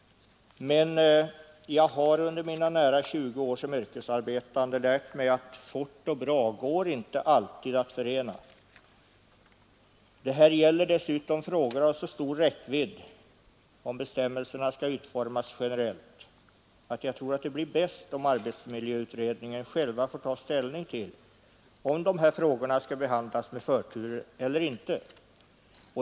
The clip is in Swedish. Men jag har under mina nära 20 år som yrkesarbetande lärt mig att fort och bra går inte alltid att förena. Det här gäller dessutom frågor av så stor räckvidd, om bestämmelserna skall utformas generellt, att jag tror det blir bäst om arbetsmiljöutredningen själv får ta ställning till om dessa frågor skall behandlas med förtur eller inte.